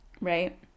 Right